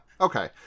Okay